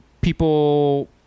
people